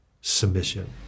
submission